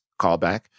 callback